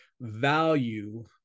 value